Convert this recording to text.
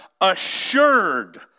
assured